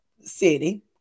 city